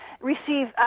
receive